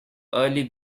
early